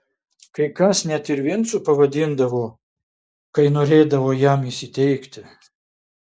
kai kas net ir vincu pavadindavo kai norėdavo jam įsiteikti